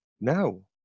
No